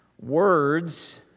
Words